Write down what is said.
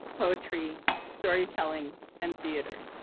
poetry, storytelling, and theater.